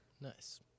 Nice